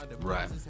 right